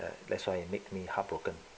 that's why make me heartbroken